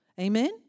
Amen